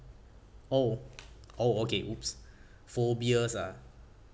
oh oh okay !oops! phobias ah